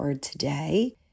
today